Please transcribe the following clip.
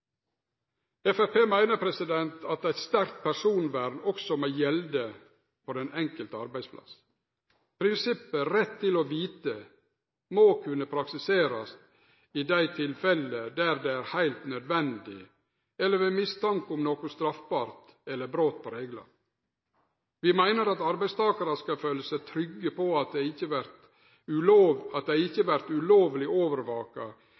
meiner at eit sterkt personvern også må gjelde på den enkelte arbeidsplassen. Prinsippet «rett til å vite» må kunne praktiserast i dei tilfella der det er heilt nødvendig, eller ved mistanke om noko straffbart eller brot på reglar. Vi meiner at arbeidstakarar skal føle seg trygge på at dei ikkje vert ulovleg overvakte, eller at